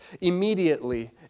immediately